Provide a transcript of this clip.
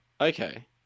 Okay